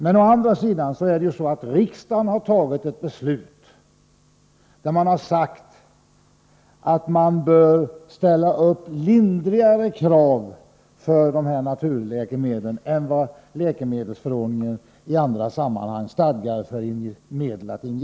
Men å andra sidan har riksdagen fattat ett beslut där det föreskrivs att lindrigare krav bör ställas på naturläkemedlen än vad läkemedelsförordningen i andra sammanhang stadgar när det gäller läkemedel för injektion.